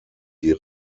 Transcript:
die